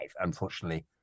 unfortunately